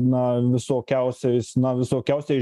na visokiausiais na visokiausiais